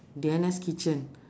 deanna's kitchen